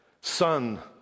son